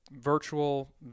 virtual